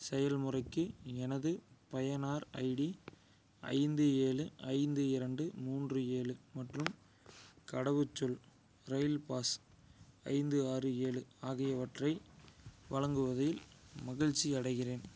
செயல்முறைக்கு எனது பயனர் ஐடி ஐந்து ஏழு ஐந்து இரண்டு மூன்று ஏழு மற்றும் கடவுச்சொல் ரயில் பாஸ் ஐந்து ஆறு ஏழு ஆகியவற்றை வழங்குவதில் மகிழ்ச்சி அடைகிறேன்